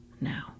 now